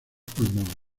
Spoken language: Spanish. pulmones